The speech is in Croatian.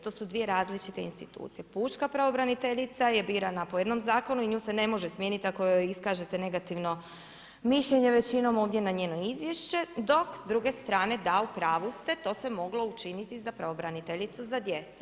To su dvije različite institucije, pučka pravobraniteljica je birana po jednom zakonu i nju se ne može smijeniti ako joj iskažete negativno mišljenje, većinom ovdje na njeno izvješće dok s druge strane, da u pravu ste, to se moglo učiniti za pravobraniteljicu za djecu.